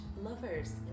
lovers